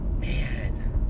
man